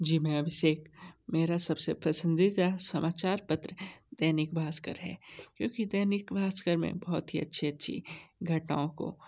जी मैं अभिषेक मेरा सबसे पसंदीदा समाचार पत्र दैनिक भास्कर है क्योंकि दैनिक भास्कर में बहुत ही अच्छी अच्छी घटनाओं को